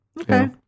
Okay